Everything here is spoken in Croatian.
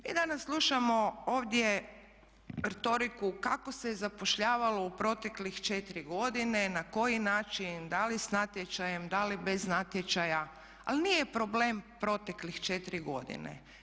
Mi danas slušamo ovdje retoriku kako se zapošljavalo u proteklih 4 godine, na koji način, da li s natječajem, da li bez natječaja ali nije problem proteklih 4 godine.